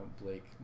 Blake